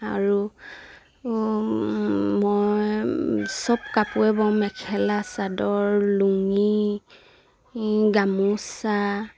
আৰু মই চব কাপোৰে বওঁ মেখেলা চাদৰ লুঙি গামোচা